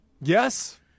Yes